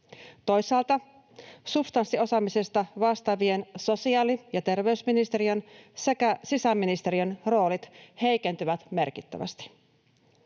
Toisaalta substanssiosaamisesta vastaavien sosiaali- ja terveysministeriön sekä sisäministeriön roolit heikentyvät merkittävästi.